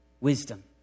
wisdom